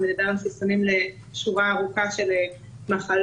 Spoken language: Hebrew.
הוא מדבר על חיסונים לשורה ארוכה של מחלות.